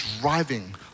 driving